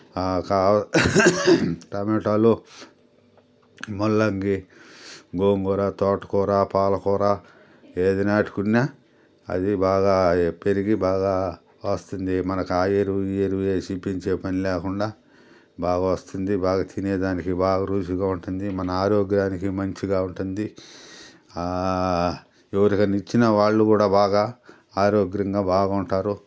టమాటాలు ముల్లంగి గోంగూర తోటకూర పాలకూర ఏది నాటుకున్న అది బాగా పెరిగి బాగా వస్తుంది మనకి ఆ ఎరువు ఈ ఎరువు వేసి పెంచే పని లేకుండా బాగా వస్తుంది బాగా తినేదానికి బాగా రుచిగా ఉంటుంది మన ఆరోగ్యానికి మంచిగా ఉంటుంది ఎవరికైనా ఇచ్చిన వాళ్ళు కూడా బాగా ఆరోగ్యంగా బాగా ఉంటారు